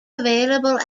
available